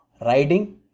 riding